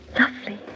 Lovely